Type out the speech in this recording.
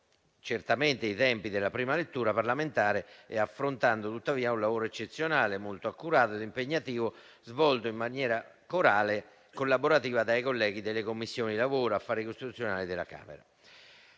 certamente i tempi della prima lettura parlamentare, ma affrontando un lavoro eccezionale, molto accurato e impegnativo, svolto in maniera corale e collaborativa dai colleghi delle Commissioni lavoro e affari costituzionali della Camera.